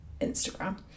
Instagram